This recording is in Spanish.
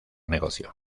negocio